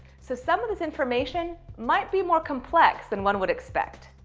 so some of this information might be more complex than one would expect.